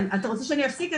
אתה רוצה שאני אפסיק?